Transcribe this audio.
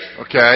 okay